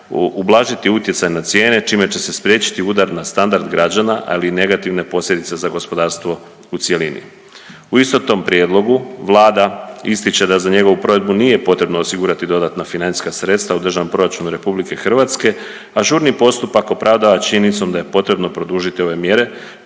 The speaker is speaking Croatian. ublažiti utjecaj na cijene, čime će se spriječiti udar na standard građana, ali i negativne posljedice za gospodarstvo u cjelini. U istom tom prijedlogu Vlada ističe da za njegovu provedbu nije potrebno osigurati dodatna financijska sredstva u državnom proračunu RH, a žurni postupak opravdava činjenicom da je potrebno produžiti ove mjere,